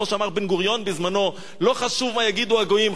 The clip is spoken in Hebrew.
כמו שאמר בן-גוריון בזמנו: לא חשוב מה יגידו הגויים,